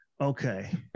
Okay